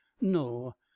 no